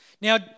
Now